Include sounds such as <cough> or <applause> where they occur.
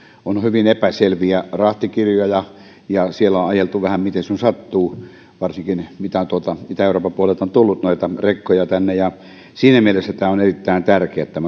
on hyvin epäselviä rahtikirjoja ja siellä on on ajeltu vähän miten sun sattuu varsinkin mitä tuolta itä euroopan puolelta on tullut noita rekkoja tänne siinä mielessä tämä on erittäin tärkeä että <unintelligible>